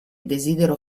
desidero